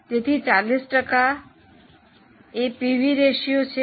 તેથી 40 ટકા એ પીવી રેશિયો છે